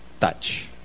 touch